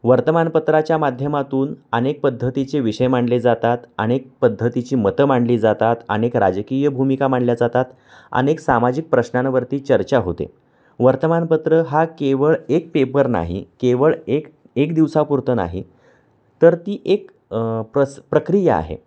वर्तमानपत्राच्या माध्यमातून अनेक पद्धतीचे विषय मांडले जातात अनेक पद्धतीची मतं मांडली जातात अनेक राजकीय भूमिका मांडल्या जातात अनेक सामाजिक प्रश्नांवरती चर्चा होते वर्तमानपत्र हा केवळ एक पेपर नाही केवळ एक एक दिवसापुरतं नाही तर ती एक प्रस प्रक्रिया आहे